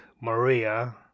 Maria